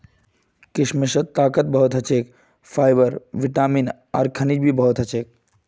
किशमिशत ताकत बहुत ह छे, फाइबर, विटामिन आर खनिज भी बहुत ह छे